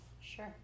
Sure